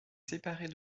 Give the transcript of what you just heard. séparée